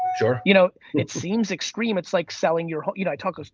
sure. you know, it seems extreme, it's like selling your. you know i talk, ah